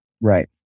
Right